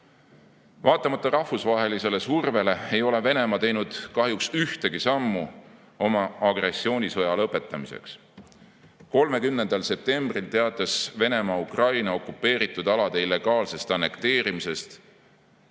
Vaatamata rahvusvahelisele survele ei ole Venemaa teinud kahjuks ühtegi sammu oma agressioonisõja lõpetamiseks. 30. septembril teatas Venemaa okupeeritud Ukraina alade illegaalsest annekteerimisest,